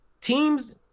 Teams